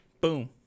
Boom